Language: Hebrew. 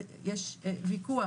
יש ויכוח,